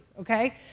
okay